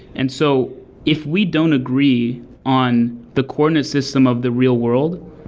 and so if we don't agree on the coordinate system of the real world,